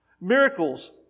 Miracles